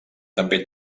també